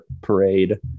parade